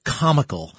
comical